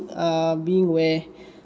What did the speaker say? err being where